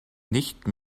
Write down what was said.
nicht